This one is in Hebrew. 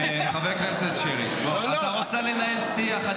חבר הכנסת שירי, אתה רוצה לנהל שיח?